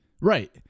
Right